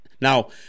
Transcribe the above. Now